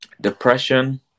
depression